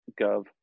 Gov